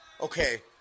Okay